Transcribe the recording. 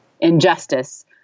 injustice